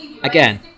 Again